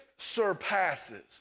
surpasses